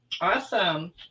Awesome